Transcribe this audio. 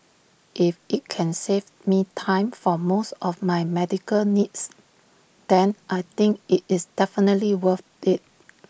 if IT can save me time for most of my medical needs then I think IT is definitely worth IT